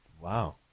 Wow